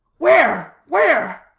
where? where?